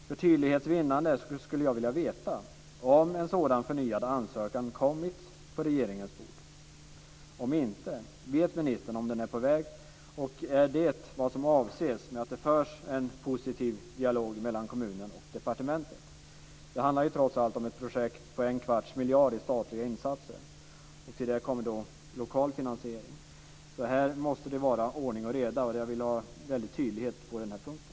För tydlighets vinnande skulle jag vilja veta om en sådan förnyad ansökan kommit på regeringens bord. Om inte, vet ministern om den är på väg? Är det vad som avses med att det förs en positiv dialog mellan kommunen och departementet? Det handlar ju trots allt om ett projekt på en kvarts miljard i statliga insatser. Till det kommer också lokal finansiering, så här måste det vara ordning och reda. Jag vill ha tydlighet på den här punkten.